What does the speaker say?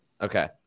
Okay